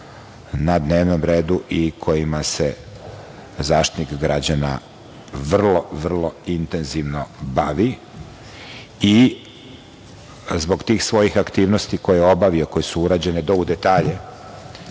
na dnevnom redu i kojima se zaštitnik građana vrlo intenzivno bavi. Zbog tih svojih aktivnosti koje je obavio i urađene su do u detalje,